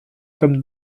comme